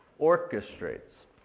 orchestrates